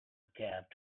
cab